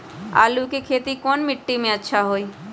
आलु के खेती कौन मिट्टी में अच्छा होइ?